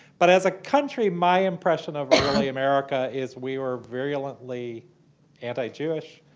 but as a country, my impression of early america is we were virulently anti-jewish,